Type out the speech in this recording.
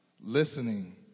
listening